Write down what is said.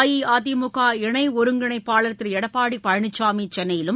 அஇஅதிமுக இணை ஒருங்கிணைப்பாளர் திரு எடப்பாடி பழனிசாமி சென்னையிலும்